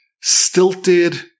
stilted